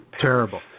Terrible